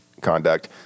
conduct